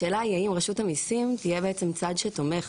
השאלה היא בעצם אם רשות המיסים תהיה צד שתומך